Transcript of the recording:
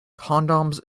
condoms